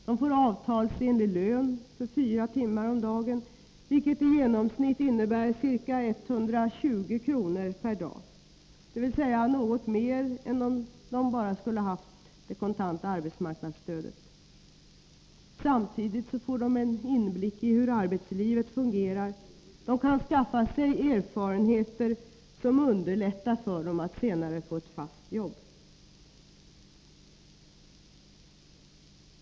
De får avtalsenlig lön för fyra timmar, vilket i genomsnitt innebär ca 120 kr. per dag, dvs. något mer än de skulle ha fått i kontant arbetsmarknadsstöd. Samtidigt får de en inblick i hur arbetslivet fungerar och kan skaffa sig erfarenheter som underlättar för dem att senare få ett fast jobb.